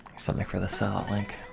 like for the sellout link,